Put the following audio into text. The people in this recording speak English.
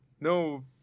no –